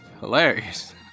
hilarious